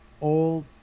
old